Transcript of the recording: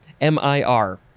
M-I-R